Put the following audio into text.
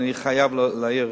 אני חייב להעיר